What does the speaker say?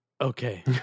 Okay